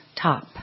top